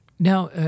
Now